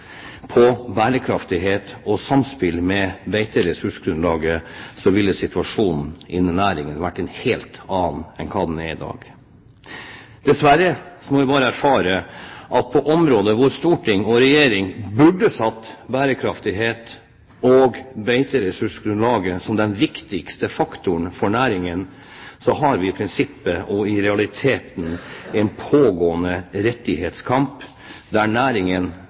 på bærekraftighet og samspill med beiteressursgrunnlaget, ville situasjonen innenfor næringen ha vært en helt annen enn den er i dag. Dessverre må vi bare erfare at på områder hvor storting og regjering burde satt bærekraftighet og beiteressursgrunnlaget som de viktigste faktorene for næringen, har vi i prinsippet og i realiteten en pågående rettighetskamp der næringen,